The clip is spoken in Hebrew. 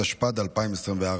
התשפ"ד 2024,